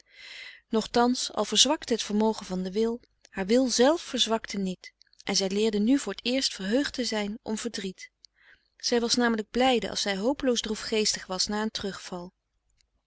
nochthans al verzwakte het vermogen van den wil haar wil zelf verzwakte niet en zij leerde nu voor t eerst verheugd te zijn om verdriet zij was namelijk blijde als zij hopeloos droefgeestig was na een terugval